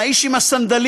האיש עם הסנדלים,